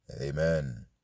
Amen